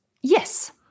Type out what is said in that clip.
Yes